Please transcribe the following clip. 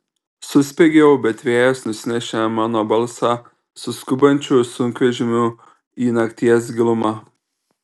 suspiegiau bet vėjas nusinešė mano balsą su skubančiu sunkvežimiu į nakties gilumą